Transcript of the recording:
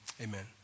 amen